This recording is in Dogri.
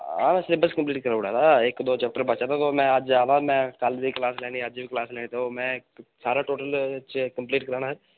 हां मैं सिलेबस कम्पलीट कराई ओड़े दा इक दो चैप्टर बचे दा ओह् मैं अज्ज आना मैं कल बी क्लास लेनी अज्ज बी क्लास लैने ते ओह् मैं सारा टोटल च कम्पलीट कराना ऐ